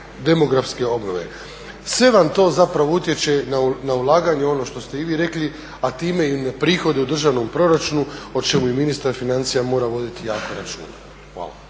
demografske obnove. Sve vam to zapravo utječe na ulaganje ono što ste i vi rekli, a time i na prihode u državnom proračunu o čemu i ministar financija mora voditi jako računa. Hvala.